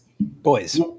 Boys